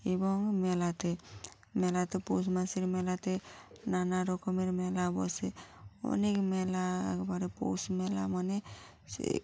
এবং মেলাতে মেলাতে পৌষ মাসের মেলাতে নানা রকমের মেলা বসে অনেক মেলা একবারে পৌষ মেলা মানে সে